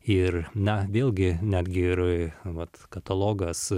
ir na vėlgi netgi ir vat katalogas